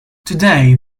today